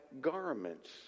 garments